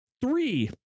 Three